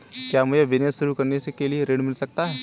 क्या मुझे बिजनेस शुरू करने के लिए ऋण मिल सकता है?